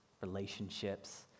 relationships